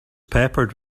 peppered